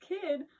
kid